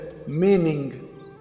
meaning